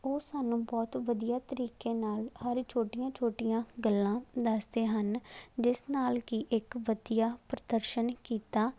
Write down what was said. ਉਹ ਸਾਨੂੰ ਬਹੁਤ ਵਧੀਆ ਤਰੀਕੇ ਨਾਲ ਹਰ ਛੋਟੀਆਂ ਛੋਟੀਆਂ ਗੱਲਾਂ ਦੱਸਦੇ ਹਨ ਜਿਸ ਨਾਲ ਕਿ ਇੱਕ ਵਧੀਆ ਪ੍ਰਦਰਸ਼ਨ ਕੀਤਾ